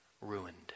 ruined